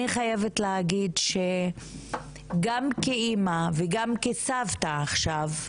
אני חייבת להגיד שכאמא וגם כסבתא עכשיו,